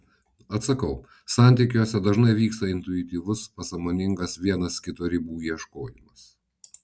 atsakau santykiuose dažnai vyksta intuityvus pasąmoningas vienas kito ribų ieškojimas